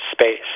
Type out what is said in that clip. space